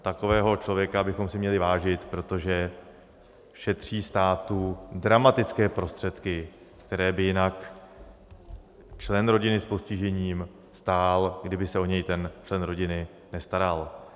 Takového člověka bychom si měli vážit, protože šetří státu dramatické prostředky, které by jinak člen rodiny s postižením stál, kdyby se o něj ten člen rodiny nestaral.